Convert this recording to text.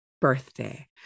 birthday